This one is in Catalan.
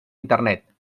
internet